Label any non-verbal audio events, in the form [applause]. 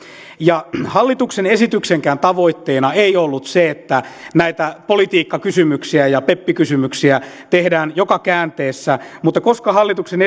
hallituksen esityksenkään tavoitteena ei ollut se että näitä politiikkakysymyksiä ja ja pep kysymyksiä tehdään joka käänteessä mutta koska hallituksen [unintelligible]